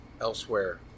elsewhere